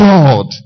God